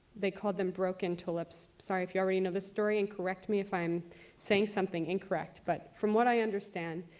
they called them broken tulips. sorry if you already know this story, and correct me if i'm saying something incorrect, but from what i understand.